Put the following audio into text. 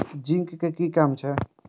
Zinc के कि काम छै?